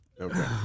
Okay